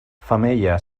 femella